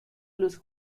los